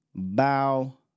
bow